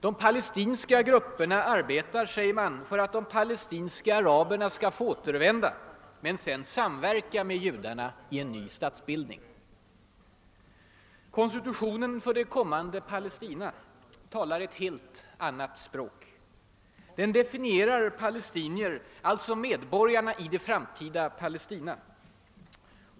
De palestinska grupperna arbetar, säger man, för att de palestinska araberna skall få »återvända» — men sedan samverka med judarna i en ny statsbildning. Konstitutionen för det kommande Palestina talar ett helt annat språk. Den definierar »palestinier», alltså medborgarna i det framtida Palestina.